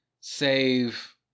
save